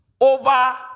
over